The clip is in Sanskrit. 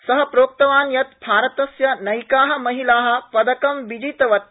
स प्रोक्तवान् यत् भारतस्य नैका महिला पदकं विजितवत्य